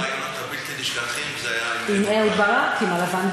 אחד הראיונות הבלתי-נשכחים היה עם אהוד ברק.